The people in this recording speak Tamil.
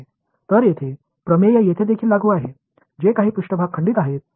எனவே மேற்பரப்புகள் எந்த கொள்ளளவை கட்டுப் படுத்தினாலும் இந்த தேற்றம் இங்கே உள்ளது